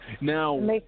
Now